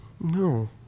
No